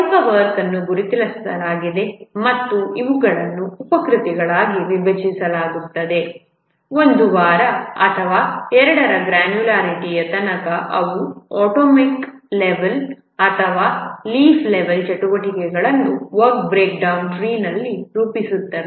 ಪ್ರಮುಖ ವರ್ಕ್ಗಳನ್ನು ಗುರುತಿಸಲಾಗಿದೆ ಮತ್ತು ಇವುಗಳನ್ನು ಉಪ ಕೃತಿಗಳಾಗಿ ವಿಭಜಿಸಲಾಗುತ್ತದೆ ಒಂದು ವಾರ ಅಥವಾ 2 ರ ಗ್ರ್ಯಾನ್ಯುಲಾರಿಟಿಯ ತನಕ ಅವು ಆಟೋಮಿಕ್ ಲೆವೆಲ್ ಅಥವಾ ಲೀಫ್ ಲೆವೆಲ್ ಚಟುವಟಿಕೆಗಳನ್ನುವರ್ಕ್ ಬ್ರೇಕ್ಡೌನ್ ಟ್ರೀನಲ್ಲಿ ರೂಪಿಸುತ್ತವೆ